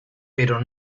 pero